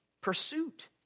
pursuit